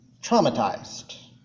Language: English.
traumatized